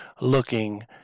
looking